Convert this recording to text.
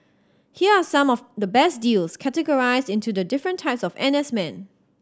here are some of the best deals categorised into the different types of N S men